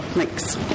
Thanks